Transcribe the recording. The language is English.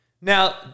Now